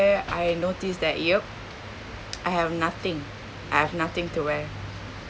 I noticed that yup I have nothing I have nothing to wear